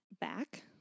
back